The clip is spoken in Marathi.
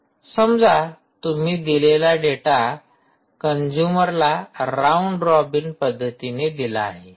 समजा तुम्ही दिलेला डेटा कंजूमरला राऊंड रॉबिन पद्धतीने दिला आहे